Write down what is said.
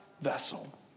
vessel